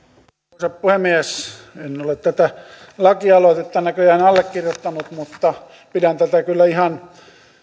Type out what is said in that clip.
arvoisa puhemies en ole tätä lakialoitetta näköjään allekirjoittanut mutta pidän tätä kyllä ihan